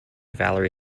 valerie